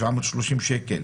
730 שקל.